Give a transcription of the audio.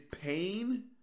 pain